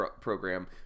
program